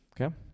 Okay